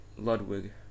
Ludwig